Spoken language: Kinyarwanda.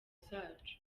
zacu